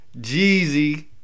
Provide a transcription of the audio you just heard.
Jeezy